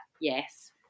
yes